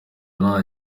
nta